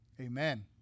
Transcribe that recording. Amen